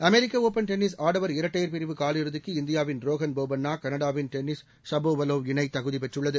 அமெரிக்க open tennis ஆடவர் இரட்டையர் பிரிவு காலிறுதிக்கு இந்தியாவின் ரோஹன் போபண்ணா கனடாவின் டெனிஸ் ஷபோவலவ் இணை தகுதி பெற்றுள்ளது